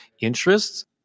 interests